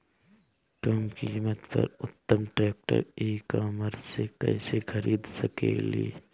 कम कीमत पर उत्तम ट्रैक्टर ई कॉमर्स से कइसे खरीद सकिले?